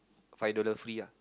five dollar free ah